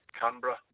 Canberra